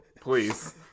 Please